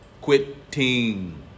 quitting